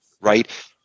Right